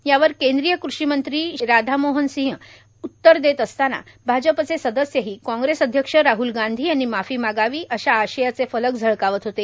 यावर केंद्रीय कृषी मंत्री राधामोहनसिंह उत्तर देत असताना भाजपचे सदस्यही काँग्रेस अध्यक्ष राहल गांधी यांनी माफी मागावी अशा आशयाचे फलक झळकावत होते